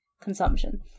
consumption